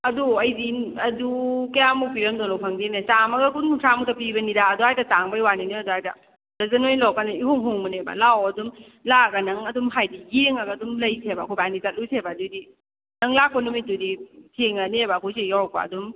ꯑꯗꯣ ꯑꯩꯗꯤ ꯑꯗꯨ ꯀꯌꯥꯝꯃꯨꯛ ꯄꯤꯔꯝꯗꯣꯏꯅꯣ ꯈꯪꯗꯦꯅꯦ ꯆꯥꯝꯃꯒ ꯀꯨꯟ ꯀꯨꯟꯊ꯭ꯔꯥ ꯃꯨꯛꯇ ꯄꯤꯕꯅꯤꯗ ꯑꯗꯨꯋꯥꯏꯗ ꯇꯥꯡꯕꯩ ꯋꯥꯅꯤ ꯅꯣꯏ ꯑꯗꯨꯋꯥꯏꯗ ꯁꯤꯗꯩꯗ ꯅꯣꯏꯅ ꯂꯧꯔꯀꯥꯟꯗ ꯏꯍꯣꯡ ꯍꯣꯡꯕꯅꯦꯕ ꯂꯥꯛꯑꯣ ꯑꯗꯨꯝ ꯂꯥꯛꯑꯒ ꯅꯪ ꯑꯗꯨꯝ ꯍꯥꯏꯗꯤ ꯌꯦꯡꯉꯒ ꯑꯗꯨꯝ ꯂꯩꯁꯁꯦꯕ ꯑꯩꯈꯣꯏꯕꯥꯅꯤ ꯆꯠꯂꯨꯁꯦꯕ ꯑꯗꯨꯏꯗꯤ ꯅꯪ ꯂꯥꯛꯄ ꯅꯨꯃꯤꯠꯇꯨꯗꯤ ꯊꯦꯡꯉꯅꯦꯕ ꯑꯩꯈꯣꯏ ꯁꯤ ꯌꯧꯔꯛꯄ ꯑꯗꯨꯝ